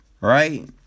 right